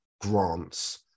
grants